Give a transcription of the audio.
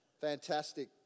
fantastic